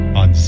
on